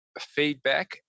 feedback